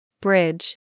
Bridge